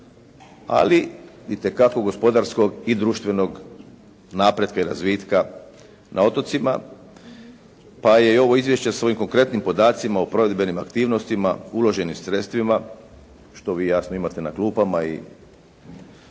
ali itekako gospodarskog i društvenog napretka i razvitka na otocima pa je i ovo izvješće sa ovim konkretnim podacima o provedbenim aktivnostima uloženim sredstvima što vi jasno imate na klupama i